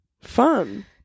Fun